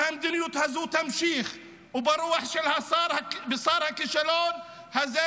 אם המדיניות הזאת תמשיך וברוח של שר הכישלון הזה,